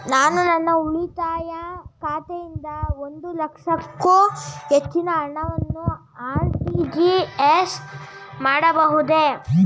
ನಾನು ನನ್ನ ಉಳಿತಾಯ ಖಾತೆಯಿಂದ ಒಂದು ಲಕ್ಷಕ್ಕೂ ಹೆಚ್ಚಿನ ಹಣವನ್ನು ಆರ್.ಟಿ.ಜಿ.ಎಸ್ ಮಾಡಬಹುದೇ?